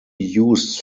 used